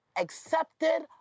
accepted